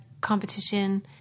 competition